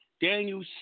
Daniel